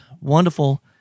Wonderful